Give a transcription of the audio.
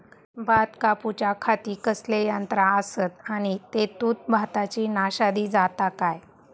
भात कापूच्या खाती कसले यांत्रा आसत आणि तेतुत भाताची नाशादी जाता काय?